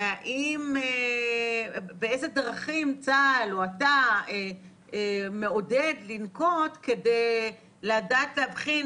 ובאילו דרכים צה"ל או אתה מעודדים לנקוט כדי לדעת להבחין